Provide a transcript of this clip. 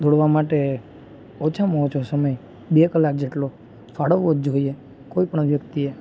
દોડવા માટે ઓછામાં ઓછો સમય બે કલાક જેટલો ફાળવવો જોઈએ કોઈ પણ વ્યક્તિ એ